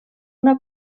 una